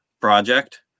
project